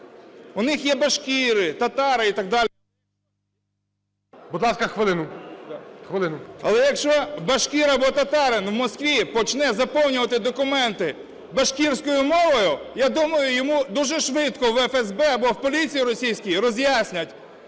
У них є башкири, татари і так далі... ГОЛОВУЮЧИЙ. Будь ласка, хвилину. РИБЧИНСЬКИЙ Є.Ю. Але, якщо башкир або татарин в Москві почне заповнювати документи башкирською мовою, я думаю, йому дуже швидко в ФСБ або в поліції російській роз'яснять,